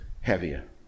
heavier